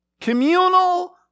Communal